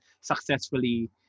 successfully